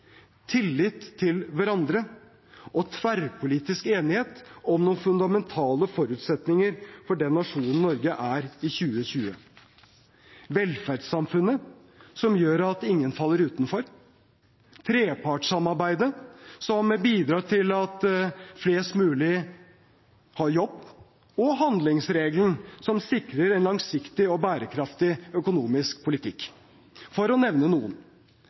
tillit til hverandre og tverrpolitisk enighet om noen fundamentale forutsetninger for den nasjonen Norge er i 2020: velferdssamfunnet, som gjør at ingen faller utenfor, trepartssamarbeidet, som bidrar til at flest mulig har jobb, og handlingsregelen, som sikrer en langsiktig og bærekraftig økonomisk politikk – for å nevne noen.